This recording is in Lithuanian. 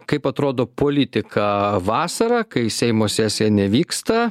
kaip atrodo politika vasarą kai seimo sesija nevyksta